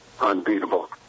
unbeatable